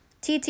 TT